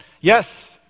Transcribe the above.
Yes